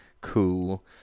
cool